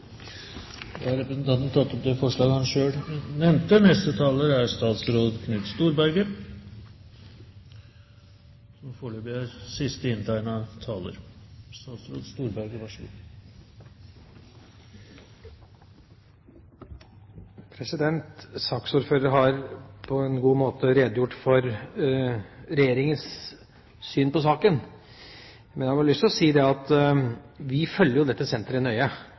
tatt opp det forslaget han refererte til. Saksordføreren har på en god måte redegjort for Regjeringas syn på saken, men jeg har lyst til å si at vi følger dette senteret og det arbeidet som gjøres der, nøye.